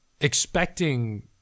expecting